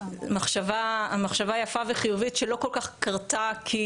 מחשבה יפה וחיובית שלא כל כך קרתה כי